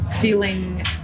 feeling